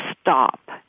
stop